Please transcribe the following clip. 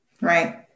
right